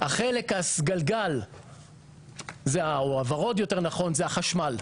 החלק הוורוד זה החשמל.